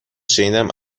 شنیدم